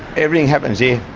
everything happens here.